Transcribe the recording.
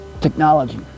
Technology